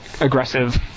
aggressive